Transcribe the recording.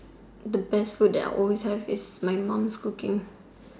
the best food that I'll always have is my mom's cooking